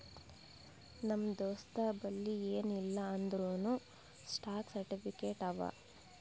ನಮ್ ದೋಸ್ತಬಲ್ಲಿ ಎನ್ ಇಲ್ಲ ಅಂದೂರ್ನೂ ಸ್ಟಾಕ್ ಸರ್ಟಿಫಿಕೇಟ್ ಅವಾ